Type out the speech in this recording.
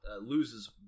loses